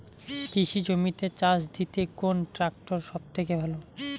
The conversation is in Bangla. কৃষি জমিতে চাষ দিতে কোন ট্রাক্টর সবথেকে ভালো?